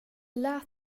lät